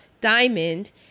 Diamond